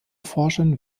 forschern